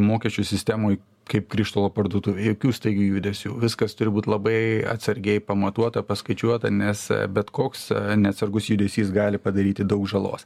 mokesčių sistemoj kaip krištolo parduotuvėj jokių staigių judesių viskas turi būt labai atsargiai pamatuota paskaičiuota nes bet koks neatsargus judesys gali padaryti daug žalos